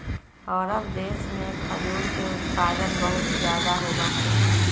अरब देश में खजूर के उत्पादन बहुत ज्यादा होबा हई